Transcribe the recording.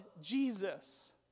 Jesus